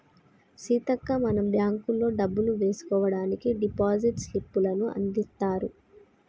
సీతక్క మనం బ్యాంకుల్లో డబ్బులు వేసుకోవడానికి డిపాజిట్ స్లిప్పులను అందిత్తారు